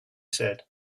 said